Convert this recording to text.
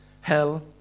hell